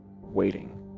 waiting